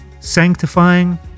sanctifying